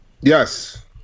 Yes